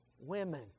women